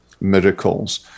miracles